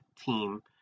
team